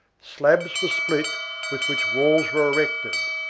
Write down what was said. slabs were split with which walls were erected,